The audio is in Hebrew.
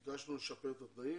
ביקשנו לשפר את התנאים,